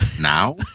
now